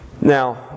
now